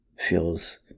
feels